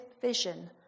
vision